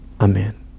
Amen